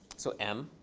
so m.